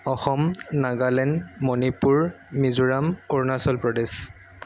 Assam Nagaland Manipur Mizoram Arunachal Pradesh